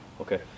Okay